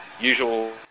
usual